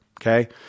Okay